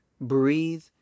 breathe